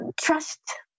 trust